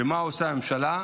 ומה עושה הממשלה?